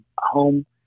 home